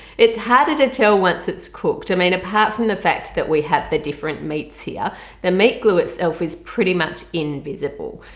it's harder to tell once it's cooked i mean apart from the fact that we have the different meats here the meat glue itself is pretty much invisible.